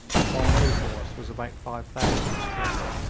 the bombay force was about five thousand strong.